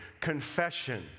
confession